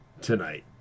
tonight